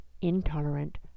intolerant